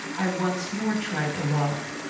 i once more tried the lock.